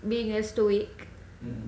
being a stoic